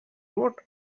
wrote